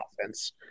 offense